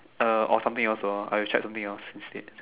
Erm or something else lor I check something else instead